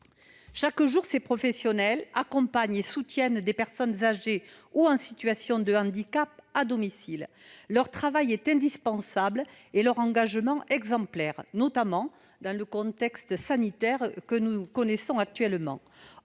Chaque jour, ces professionnels accompagnent et soutiennent à domicile des personnes âgées ou en situation de handicap. Leur travail est indispensable et leur engagement exemplaire, notamment dans le contexte sanitaire que nous connaissons actuellement.